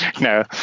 No